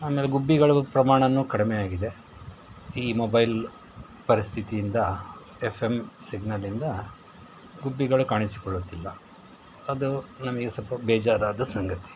ಆಮೇಲೆ ಗುಬ್ಬಿಗಳದ್ದು ಪ್ರಮಾಣಾನೂ ಕಡಿಮೆ ಆಗಿದೆ ಈ ಮೊಬೈಲ್ ಪರಿಸ್ಥಿತಿಯಿಂದ ಎಫ್ ಎಂ ಸಿಗ್ನಲಿಂದ ಗುಬ್ಬಿಗಳು ಕಾಣಿಸಿಕೊಳ್ಳುತ್ತಿಲ್ಲ ಅದು ನಮಗೆ ಸ್ವಲ್ಪ ಬೇಜಾರಾದ ಸಂಗತಿ